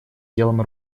делом